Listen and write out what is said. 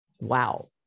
Wow